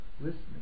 listening